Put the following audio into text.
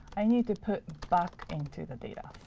i need to put back into the data.